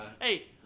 hey